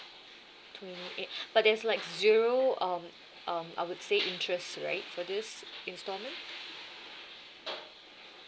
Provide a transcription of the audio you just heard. twenty eight but there's like zero um um I would say interest right for this installment